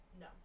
no